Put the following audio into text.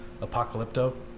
Apocalypto